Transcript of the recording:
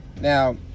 now